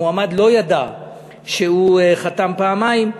המועמד לא ידע שהוא חתם פעמיים,